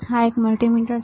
આ એક મલ્ટિમીટર પણ છે